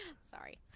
Sorry